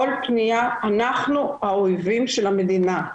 כל פנייה אנחנו האויבים של המדינה,